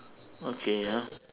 okay ya